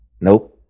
Nope